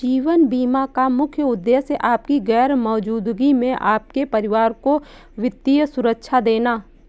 जीवन बीमा का मुख्य उद्देश्य आपकी गैर मौजूदगी में आपके परिवार को वित्तीय सुरक्षा देना